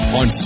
on